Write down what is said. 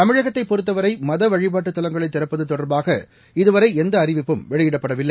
தமிழகத்தைப் பொறுத்தவரைமதவழிபாட்டுதலங்களைதிறப்பதுதொடர்பாக இதுவரைஎந்தஅறிவிப்பும் வெளியிடப்படவில்லை